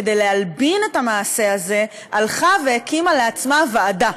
כדי להלבין את המעשה הזה הלכה והקימה לעצמה ועדה.